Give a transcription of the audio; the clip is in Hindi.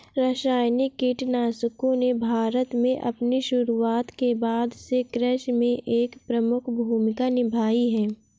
रासायनिक कीटनाशकों ने भारत में अपनी शुरूआत के बाद से कृषि में एक प्रमुख भूमिका निभाई हैं